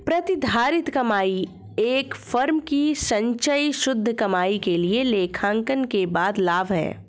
प्रतिधारित कमाई एक फर्म की संचयी शुद्ध कमाई के लिए लेखांकन के बाद लाभ है